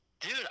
Dude